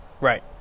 Right